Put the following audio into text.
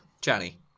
johnny